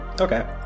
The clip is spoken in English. Okay